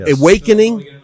awakening